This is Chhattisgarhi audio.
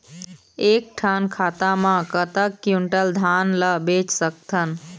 एक ठन खाता मा कतक क्विंटल धान ला बेच सकथन?